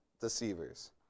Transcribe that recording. deceivers